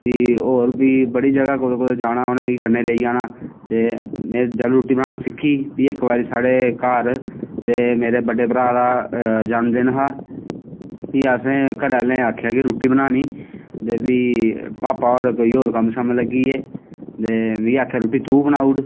भी होर भी कुदै बड़ी बड़ी जगह् जाना ते उनें मिगी लेई जाना ते में जैलूं रुट्टी सिक्खी ते फ्ही इक्क बारी साढ़े घर ते मेरे बड्डे भ्राऽ दा जन्मदिन हा भी असें घरें आह्लें आक्खेआ की रुट्टी बनानी ते भी भापा होर कोई होर कम्म लग्गी गे मिगी आक्खेआ रुट्टी तू बनाई ओड़